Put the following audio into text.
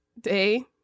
day